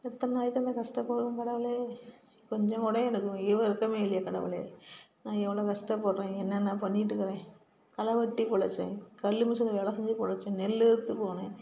எத்தனனை நாளைக்குதான் இந்த கஷ்டப்படுவேன் கடவுளே கொஞ்சம்கூட இவனுக்கு ஈவு இரக்கமே இல்லையா கடவுளே நான் எவ்வளோ கஷ்டப்பட்றேன் என்னென்ன பண்ணிட்டுக்கிறேன் களைவெட்டி பொழச்சேன் கல் மிஷினில் வேலை செஞ்சு பொழைச்சேன் நெல் அறுக்க போனேன்